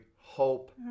hope